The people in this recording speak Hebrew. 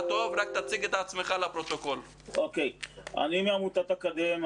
אני מעמותת "אקדם".